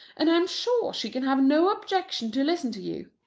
and i am sure she can have no objection to listen to you.